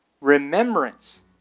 Remembrance